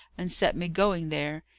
and set me going there.